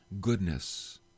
goodness